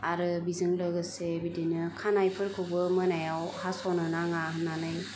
आरो बिजों लोगोसे बिदिनो खानाइफोरखौबो मोनायाव हास'नो नाङा होन्नानै